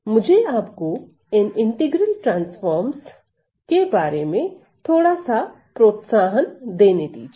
मुझे आपको इन इंटीग्रल ट्रांसफॉर्म्स के बारे में थोड़ा सा प्रोत्साहन देने दीजिए